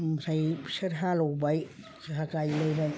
ओमफ्राय बिसोर हालेवबाय जोंहा गायलायबाय